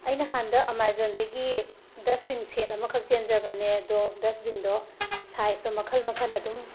ꯑꯩꯅ ꯍꯟꯗꯛ ꯑꯃꯥꯖꯣꯟꯗꯒꯤ ꯗꯁꯕꯤꯟ ꯁꯦꯠ ꯑꯃꯈꯛ ꯆꯦꯟꯖꯕꯅꯦ ꯑꯗꯨ ꯗꯁꯕꯤꯟꯗꯨ ꯁꯥꯏꯁꯇꯣ ꯃꯈꯜ ꯃꯈꯟ ꯑꯗꯨꯝ